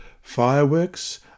Fireworks